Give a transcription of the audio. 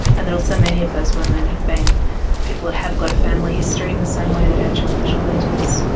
and that also many of those women have been people that have got a family history in the same way that angelina jolie does.